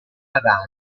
rana